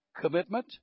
commitment